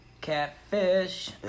Catfish